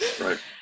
Right